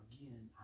Again